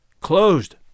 closed